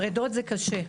פרידות זה קשה,